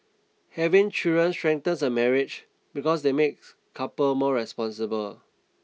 having children strengthens a marriage because they make couples more responsible